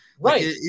right